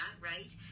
right